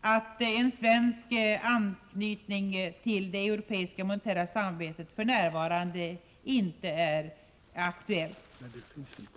att en svensk anknytning till det europeiska monetära samarbetet för närvarande inte är aktuell.